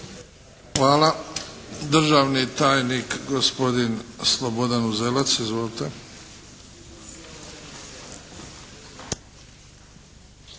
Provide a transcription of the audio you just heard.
Hvala. Državni tajnik gospodin Slobodan Uzelac. Izvolite.